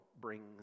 brings